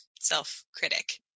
self-critic